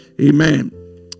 Amen